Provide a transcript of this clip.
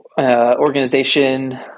organization